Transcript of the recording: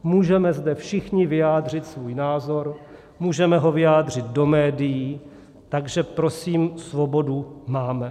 Můžeme zde všichni vyjádřit svůj názor, můžeme ho vyjádřit do médií, takže prosím svobodu máme.